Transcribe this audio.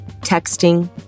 texting